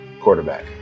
quarterback